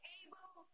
able